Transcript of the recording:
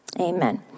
amen